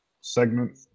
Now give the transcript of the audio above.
segment